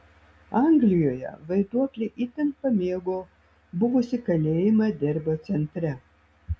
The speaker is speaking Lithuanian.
anglijoje vaiduokliai itin pamėgo buvusį kalėjimą derbio centre